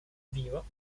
vivo